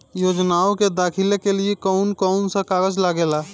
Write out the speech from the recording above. योजनाओ के दाखिले के लिए कौउन कौउन सा कागज लगेला?